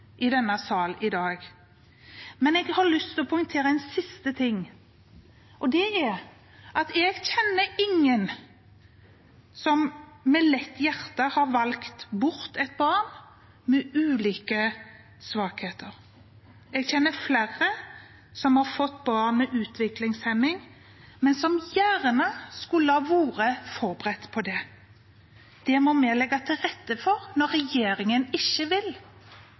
i denne salen i dag. Men jeg har lyst til å poengtere en siste ting, og det er at jeg kjenner ingen som med lett hjerte har valgt bort et barn med ulike svakheter. Jeg kjenner flere som har fått barn med utviklingshemning, men som gjerne skulle vært forberedt på det. Det må vi legge til rette for når regjeringen ikke vil,